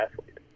athlete